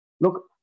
look